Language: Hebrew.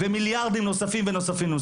ומיליארדים נוספים ונוספים.